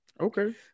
Okay